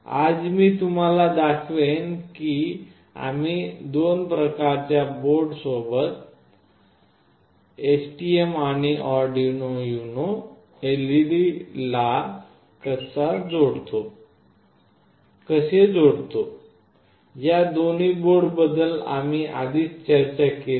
आज मी तुम्हाला दाखवेन की आम्ही दोन प्रकारच्या बोर्डसोबत STM आणि आर्डिनो युनो LED ला कसे जोडतो या दोन्ही बोर्डबद्दल आम्ही आधीच चर्चा केलेले